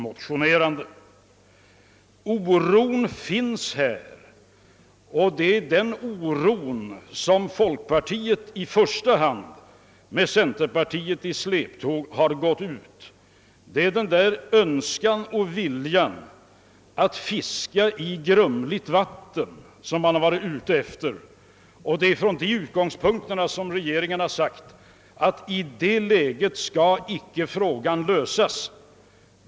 Oron för kraftigt höjda hyror finns här, och det är från denna oro som i första hand folkpartiet med centerpartiet i släptåg utgått då de på detta vis demonstrerar sin önskan och vilja att fiska i grumligt vatten. Det är därför regeringen sagt att problemet inte skall lösas i det läge som nu uppkommit.